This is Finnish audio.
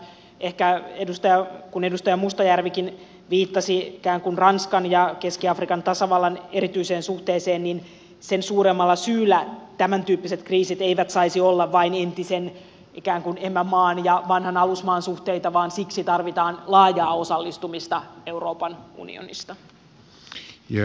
ehkä kun edustaja mustajärvikin viittasi ikään kuin ranskan ja keski afrikan tasavallan erityiseen suhteeseen niin sen suuremmalla syyllä tämän tyyppiset kriisit eivät saisi olla vain entisen ikään kuin emämaan ja vanhan alusmaan suhteita vaan siksi tarvitaan laajaa osallistumista euroopan unionista